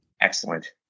excellent